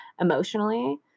emotionally